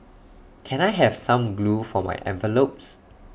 can I have some glue for my envelopes